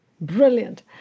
Brilliant